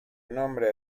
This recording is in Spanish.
nombre